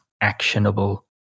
actionable